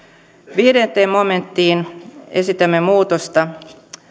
viidenteen momenttiin esitämme muutosta